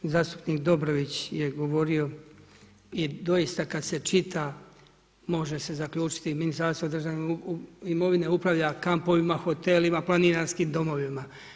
Zastupnik Dobrović je govorio i doista kad se čita, može se zaključiti i Ministarstvo državne imovine upravlja kampovima, hotelima, planinarskim domovima.